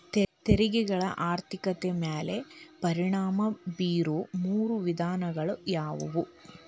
ತೆರಿಗೆಗಳ ಆರ್ಥಿಕತೆ ಮ್ಯಾಲೆ ಪರಿಣಾಮ ಬೇರೊ ಮೂರ ವಿಧಾನಗಳ ಯಾವು